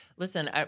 Listen